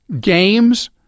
games